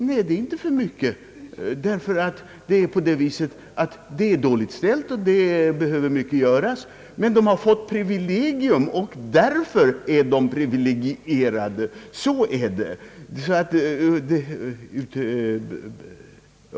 Nej, det är inte för mycket sagt. De har det dåligt ställt, och mycket behöver göras, men de har fått ett privilegium framför andra och därför är de privilegierade.